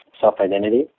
self-identity